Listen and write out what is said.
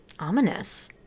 ominous